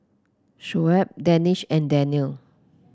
Shoaib Danish and Daniel